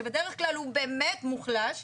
שבדרך כלל הוא באמת מוחלש,